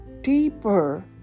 deeper